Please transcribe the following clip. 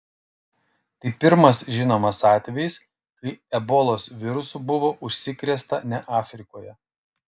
tai pirmas žinomas atvejis kai ebolos virusu buvo užsikrėsta ne afrikoje